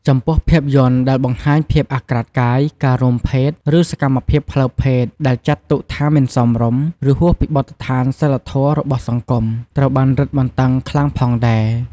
ចំំពោះភាពយន្តដែលបង្ហាញភាពអាក្រាតកាយ ការរួមភេទ ឬសកម្មភាពផ្លូវភេទដែលចាត់ទុកថាមិនសមរម្យ ឬហួសពីបទដ្ឋានសីលធម៌របស់សង្គម ត្រូវបានរឹតបន្តឹងខ្លាំងផងដែរ។